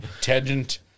Tangent